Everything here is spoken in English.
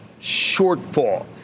shortfall